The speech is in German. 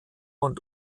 und